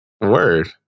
Word